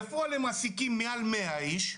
בפועל הם מעסיקים מעל 100 איש.